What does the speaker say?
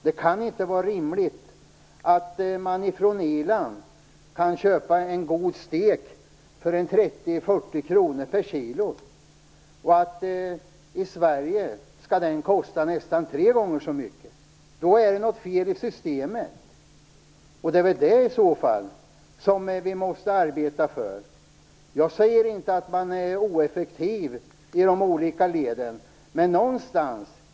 Det kan inte vara rimligt att man på Irland kan köpa en god stek för 30-40 kronor per kilo och att den i Sverige skall kosta nästan tre gånger så mycket. Då måste det vara något fel i systemet. Det är väl i så fall detta vi skall arbeta för att rätta till. Jag säger inte att man i de olika leden är ineffektiv.